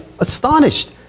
astonished